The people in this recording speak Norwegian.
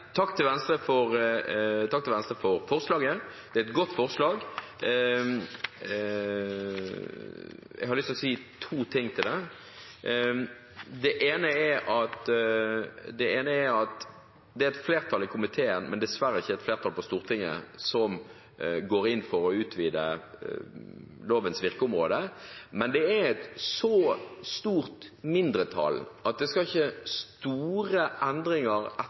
Venstre for forslaget. Det er et godt forslag. Jeg har lyst til å si to ting til det. Det ene er at det er et flertall i komiteen, men dessverre ikke et flertall på Stortinget, som går inn for å utvide lovens virkeområde. Men det er et så stort mindretall at det skal ikke store endringer